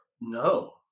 No